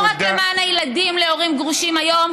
לא רק למען הילדים להורים גרושים היום